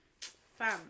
fam